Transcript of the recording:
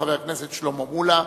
חבר הכנסת שלמה מולה.